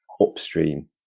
upstream